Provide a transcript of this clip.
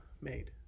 made